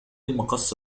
المقص